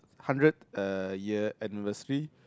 hundred uh year anniversary